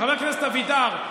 חבר הכנסת אבידר,